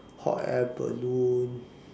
hot air balloon